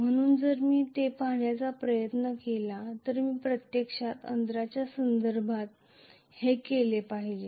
म्हणून जर मी हे पाहण्याचा प्रयत्न केला तर मी प्रत्यक्षात अंतराच्या संदर्भात हे केले पाहिजे